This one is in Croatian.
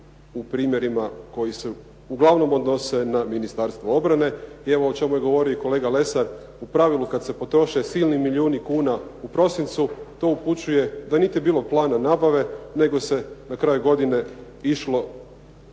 u primjerima koji se uglavnom odnose na Ministarstvo obrane. I evo o čemu je govorio i kolega Lesar. U pravilu kad se potroše silni milijuni kuna u prosincu to upućuje da niti je bilo plana nabave nego se na kraj godine išlo